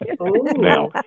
Now